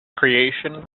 creation